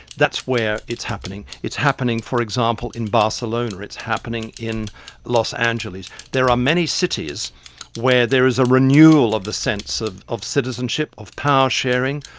that's where it's happening. it's happening, for example, in barcelona, it's happening in los angeles. there are many cities where there is a renewal of the sense of of citizenship, of power-sharing,